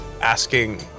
asking